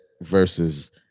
versus